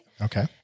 Okay